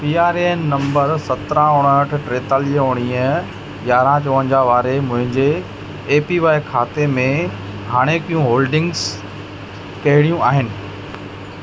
P R A N number सत्रहं उणहठि टेतालीह उणिवीह यारहं चौवंजाहु वारे मुंहिंजे ए पी वाए खाते में हाणेकियूं होल्डिंग्स कहिड़ियूं आहिनि